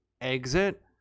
exit